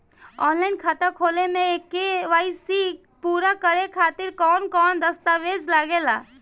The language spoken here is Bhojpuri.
आनलाइन खाता खोले में के.वाइ.सी पूरा करे खातिर कवन कवन दस्तावेज लागे ला?